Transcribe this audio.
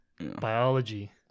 biology